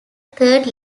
third